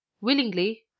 Willingly